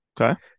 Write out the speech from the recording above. Okay